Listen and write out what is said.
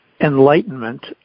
Enlightenment